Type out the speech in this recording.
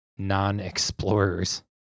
non-explorers